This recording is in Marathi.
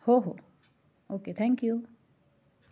हो हो ओके थँक्यू